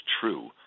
true